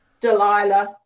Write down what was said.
Delilah